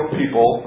people